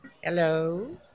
Hello